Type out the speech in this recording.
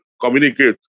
communicate